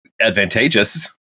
advantageous